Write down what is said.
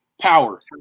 power